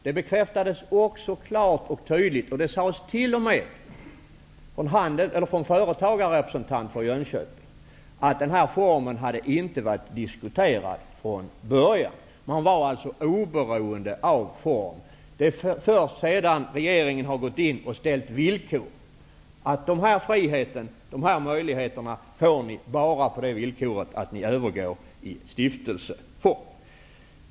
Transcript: Det bekräftades klart och tydligt och sades t.o.m. från företagarrepresentanter i Jönköping att denna form inte hade varit diskuterad från början. Man var oberoende vad gällde ägandeformen. Sedan har regeringen gått in och sagt att man kommer att få den här friheten och de här möjligheterna bara på det villkoret att man övergår i stiftelseform.